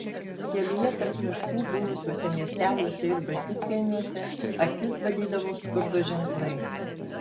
kelyje tarp miškų buvusiuose miesteliuose ir bažnytkaimiuose akis badydavo skurdo ženklai